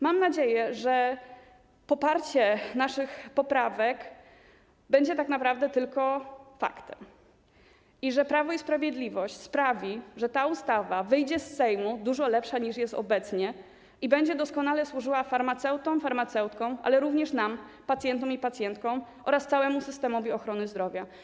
Mam nadzieję, że poparcie naszych poprawek będzie tak naprawdę tylko faktem i że Prawo i Sprawiedliwość sprawi, że ta ustawa wyjdzie z Sejmu dużo lepsza, niż jest obecnie, i będzie doskonale służyła farmaceutom i farmaceutkom, ale również nam, pacjentom i pacjentkom, oraz całemu systemowi ochrony zdrowia.